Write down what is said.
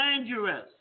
dangerous